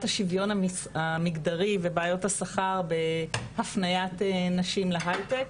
השוויון המגדרי ובעיות השכר בהפניית נשים להייטק